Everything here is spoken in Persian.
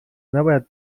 نباید